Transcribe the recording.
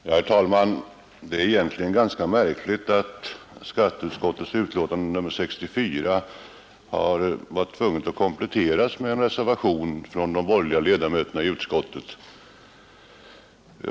Herr talman! Det är ganska märkligt att skatteutskottets betänkande nr 64 har måst kompletteras med en reservation från de borgerliga ledamöterna i utskottet.